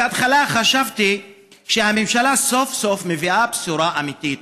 בהתחלה חשבתי שהממשלה סוף-סוף מביאה בשורה אמיתית.